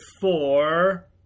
four